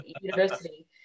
university